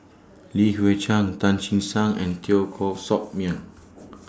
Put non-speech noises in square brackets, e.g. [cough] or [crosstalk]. Li Hui Cheng Tan Che Sang and Teo Koh Sock Miang [noise]